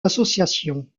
associations